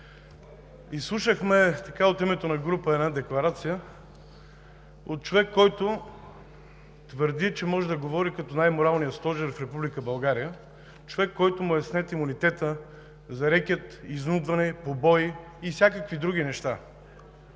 Изслушахме от името на група една декларация от човек, който твърди, че може да говори като най-моралния стожер в Република България. Човек, на когото му е снет имунитетът за рекет, изнудване, побои и всякакви други неща.